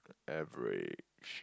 average